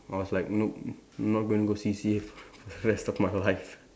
I was like nope not going to go C_C_A for the rest of my life